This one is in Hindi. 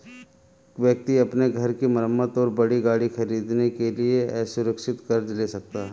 व्यक्ति अपने घर की मरम्मत और बड़ी गाड़ी खरीदने के लिए असुरक्षित कर्ज ले सकता है